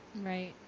Right